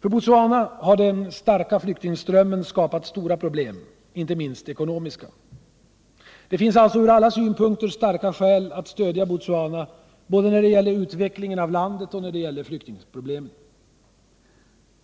För Botswana har den starka flyktingströmmen skapat stora problem, inte minst ekonomiska. Det finns ur alla synpunkter skäl att stödja Botswana både när det gäller utvecklingen av landet och när det gäller flyktingproblemen.